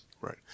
Right